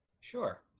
Sure